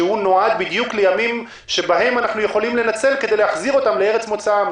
שנועד לימים שבהם אנחנו יכולים לנצל כדי להחזיר אותם לארץ מוצאם.